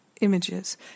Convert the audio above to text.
images